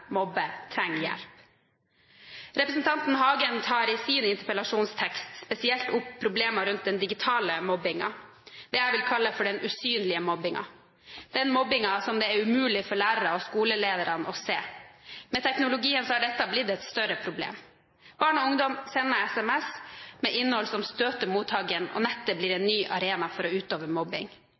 trenger hjelp. Representanten Hagen tar i sin interpellasjonstekst spesielt opp problemene rundt den digitale mobbingen, det jeg vil kalle den usynlige mobbingen, den mobbingen som det er umulig for læreren og skoleledelsen å se. Med teknologien har dette blitt et større problem. Barn og ungdom sender sms med innhold som støter mottakeren, og nettet er blitt en ny arena for å utøve mobbing.